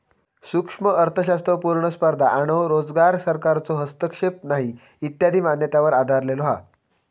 सूक्ष्म अर्थशास्त्र पुर्ण स्पर्धा आणो रोजगार, सरकारचो हस्तक्षेप नाही इत्यादी मान्यतांवर आधरलेलो हा